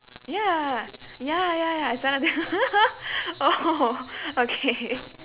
ya ya ya ya I signed up that oh okay